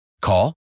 Call